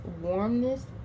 warmness